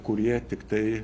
kurie tiktai